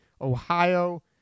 ohio